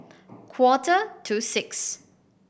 quarter to six